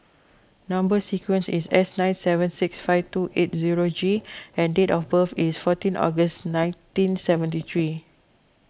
Number Sequence is S nine seven six five two eight zero G and date of birth is fourteen August nineteen seventy three